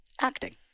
acting